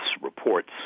reports